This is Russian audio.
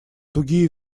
тугие